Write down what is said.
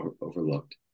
overlooked